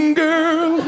girl